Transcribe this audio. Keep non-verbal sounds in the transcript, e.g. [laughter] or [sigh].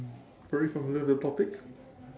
[breath] very familiar with the topic [breath]